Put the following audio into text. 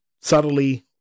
subtly